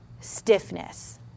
stiffness